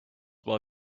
while